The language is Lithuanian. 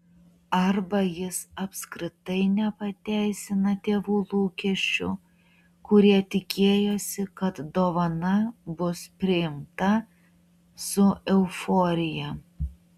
arba jis apskritai nepateisina tėvų lūkesčių kurie tikėjosi kad dovana bus priimta su euforija